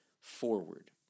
forward